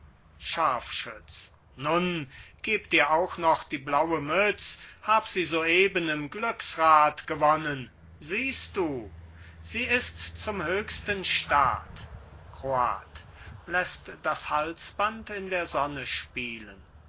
scharfschütz nun geb dir auch noch die blaue mütz hab sie soeben im glücksrad gewonnen siehst du sie ist zum höchsten staat kroat läßt das halsband in der sonne spielen